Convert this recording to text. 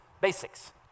basics